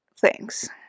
Thanks